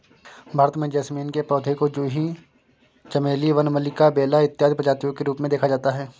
भारत में जैस्मीन के पौधे को जूही चमेली वन मल्लिका बेला इत्यादि प्रजातियों के रूप में देखा जाता है